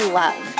love